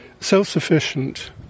self-sufficient